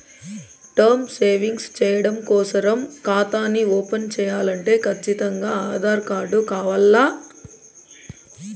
term savings చెయ్యడం కోసరం కాతాని ఓపన్ చేయాలంటే కచ్చితంగా ఆధార్ కార్డు కావాల్ల